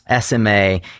SMA